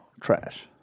trash